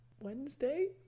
Wednesday